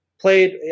played